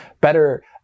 better